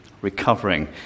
Recovering